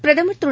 பிரதமர் திரு